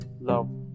love